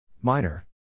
Minor